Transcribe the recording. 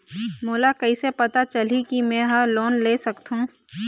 मोला कइसे पता चलही कि मैं ह लोन ले सकथों?